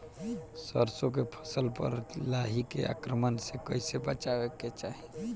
सरसो के फसल पर लाही के आक्रमण से कईसे बचावे के चाही?